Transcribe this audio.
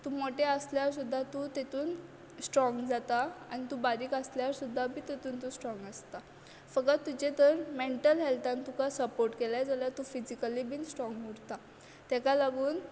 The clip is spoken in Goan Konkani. तूं मोटे आसल्यार सुद्दां तूं तेतून स्ट्रोंग जाता आनी तूं बारीक आसल्यार सुद्दां बीन तेतून तूं स्ट्रोंग आसता फक्त तुजें जर तूं मेंटल हेल्तान तुका सपोर्ट केलें जाल्यार तूं फिजीकली बीन स्ट्रोंग उरता ताका लागून